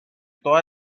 todas